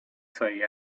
say